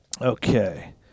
Okay